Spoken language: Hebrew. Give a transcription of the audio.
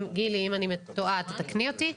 גילי, אם אני טועה תתקני אותי.